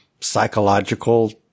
psychological